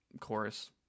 chorus